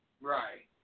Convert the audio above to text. Right